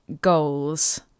goals